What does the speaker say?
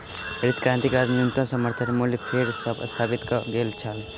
हरित क्रांति के बाद न्यूनतम समर्थन मूल्य फेर सॅ स्थापित कय गेल छल